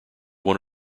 won